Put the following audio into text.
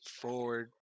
forward